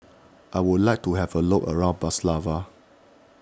I would like to have a look around Bratislava